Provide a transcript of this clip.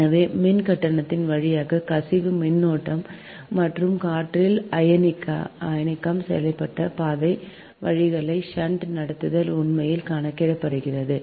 எனவே மின்கடத்திகள் வழியாக கசிவு மின்னோட்டம் மற்றும் காற்றில் அயனியாக்கம் செய்யப்பட்ட பாதை வழிகளை ஷன்ட் நடத்துதல் உண்மையில் கணக்கிடுகிறது